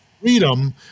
freedom